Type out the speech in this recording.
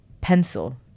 pencil